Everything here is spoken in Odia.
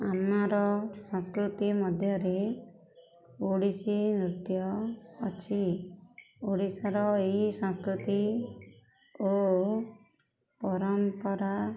ଆମର ସଂସ୍କୃତି ମଧ୍ୟରେ ଓଡ଼ିଶୀ ନୃତ୍ୟ ଅଛି ଓଡ଼ିଶାର ଏହି ସଂସ୍କୃତି ଓ ପରମ୍ପରା